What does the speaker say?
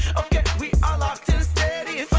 ok, we are locked and steady